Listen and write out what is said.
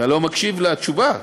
על הזיהום במפרץ חיפה,